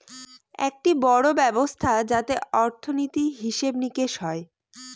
একটি বড়ো ব্যবস্থা যাতে অর্থনীতি, হিসেব নিকেশ হয়